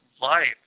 life